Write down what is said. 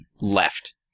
left